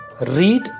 Read